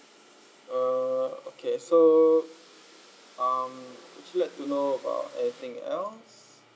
uh okay so um would you like to know about anything else